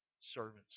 servants